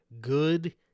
Good